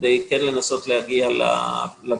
כדי כן לנסות להגיע לפתרון.